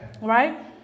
Right